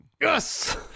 Yes